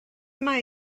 mae